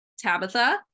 Tabitha